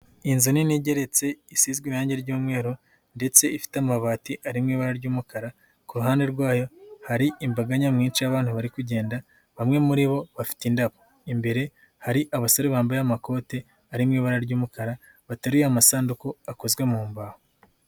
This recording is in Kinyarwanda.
Inzu nini igeretse, isizwe irangi ry'umweru ndetse ifite amabati ari mu ibara ry'umukara, ku ruhande rwayo hari imbaga nyamwinshi y'abantu bari kugenda, bamwe muri bo bafite indabo. Imbere hari abasore bambaye amakoti ari mu ibara ry'umukara, bateruriye amasanduku akozwe mu mbaho.